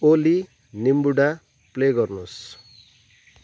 ओली निम्बोडा प्ले गर्नुहोस्